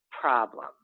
problem